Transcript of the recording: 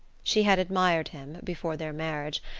she had admired him, before their marriage,